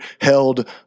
held